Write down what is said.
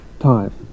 time